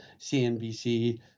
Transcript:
CNBC